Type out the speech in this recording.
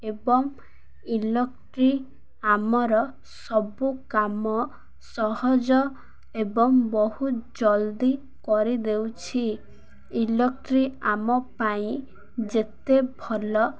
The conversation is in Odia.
ଏବଂ ଇଲକ୍ଟ୍ରିକ୍ ଆମର ସବୁ କାମ ସହଜ ଏବଂ ବହୁତ ଜଲ୍ଦି କରିଦେଉଛି ଇଲକ୍ଟ୍ରିକ୍ ଆମ ପାଇଁ ଯେତେ ଭଲ